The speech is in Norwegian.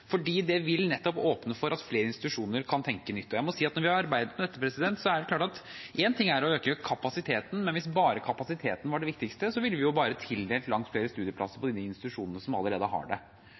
fordi det vil åpne for at flere institusjoner kan tenke nytt. Etter å ha arbeidet med dette, må jeg si at én ting er å øke kapasiteten, men hvis bare kapasiteten var det viktigste, ville vi jo bare ha tildelt langt flere studieplasser til de ni institusjonene som allerede har det.